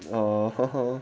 哦呵呵